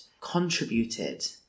contributed